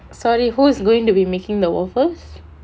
sorry who is going to be making the waffles